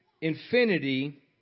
infinity